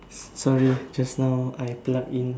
sorry just now I plug in